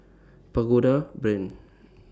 Pagoda Brand